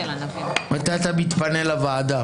מתי אתה מתפנה לוועדה?